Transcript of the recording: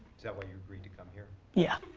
is that why you agreed to come here? yeah.